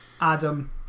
Adam